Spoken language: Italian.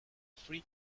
free